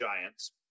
Giants